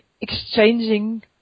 exchanging